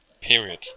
Period